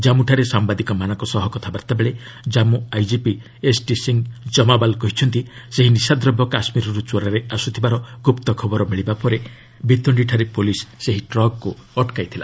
ଜାମ୍ମୁଠାରେ ସାମ୍ବାଦିକମାନଙ୍କ ସହ କଥାବାର୍ତ୍ତା ବେଳେ ଜାନ୍ଧୁ ଆଇଜିପି ଏସ୍ଡି ସି ଜମାବାଲ୍ କହିଛନ୍ତି ସେହି ନିଶାଦ୍ରବ୍ୟ କାଶ୍ମୀରରୁ ଚୋରାରେ ଆସୁଥିବାର ଗୁପ୍ତ ଖବର ମିଳିବା ପରେ ବତିଣ୍ଡିଠାରେ ପୋଲିସ୍ ସେହି ଟ୍ରକ୍କୁ ଅଟକାଇଥିଲା